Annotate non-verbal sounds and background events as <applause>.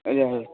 <unintelligible>